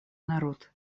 народ